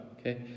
okay